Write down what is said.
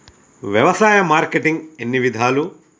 వ్యవసాయ మార్కెటింగ్ ఎన్ని విధాలు?